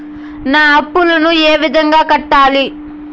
నా అప్పులను ఏ విధంగా కట్టాలి?